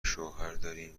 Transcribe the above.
شوهرداریم